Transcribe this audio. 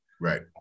Right